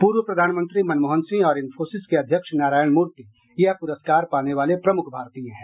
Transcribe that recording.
पूर्व प्रधानमंत्री मनमोहन सिंह और इनफोसिस के अध्यक्ष नारायण मूर्ति यह पुरस्कार पाने वाले प्रमुख भारतीय हैं